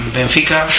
Benfica